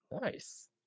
Nice